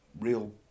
real